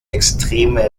extreme